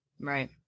Right